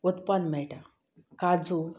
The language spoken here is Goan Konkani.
चड उत्पन्न मेळटा काजू